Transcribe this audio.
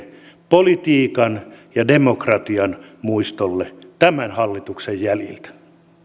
politiikan ja demokratian muistolle tämän hallituksen jäljiltä